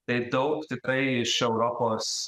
tai daug tikrai iš europos